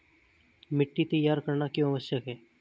मिट्टी तैयार करना क्यों आवश्यक है?